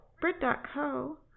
Brit.co